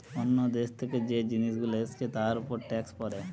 অন্য দেশ থেকে যে জিনিস গুলো এসছে তার উপর ট্যাক্স পড়ে